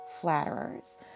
flatterers